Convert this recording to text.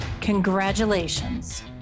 Congratulations